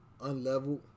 unleveled